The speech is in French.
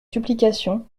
supplications